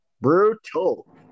brutal